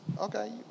okay